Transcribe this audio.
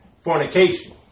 fornication